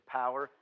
power